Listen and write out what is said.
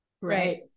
right